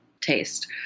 taste